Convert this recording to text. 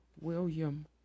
William